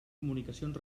comunicacions